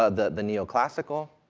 ah the the neoclassical,